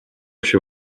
się